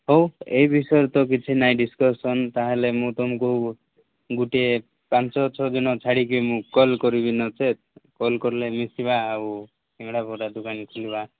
ହଉ ଏଇ ବିଷୟରେ ତ କିଛି ନାହିଁ ଡିସ୍କସନ୍ ତାହେଲେ ମୁଁ ତୁମକୁ ଗୋଟିଏ ପାଞ୍ଚ ଛଅ ଦିନ ଛାଡ଼ିକି ମୁଁ କଲ୍ କରିବି ନଚେତ କଲ୍ କଲେ ମିଶିବା ଆଉ ସିଙ୍ଗଡ଼ା ବରା ଦୋକାନ ଖୋଲିବା